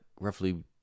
roughly